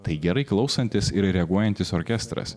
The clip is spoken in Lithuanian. tai gerai klausantis ir reaguojantis orkestras